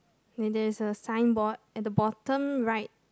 then there is a signboard at the bottom right